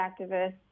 activists